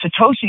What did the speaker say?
Satoshi